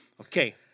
Okay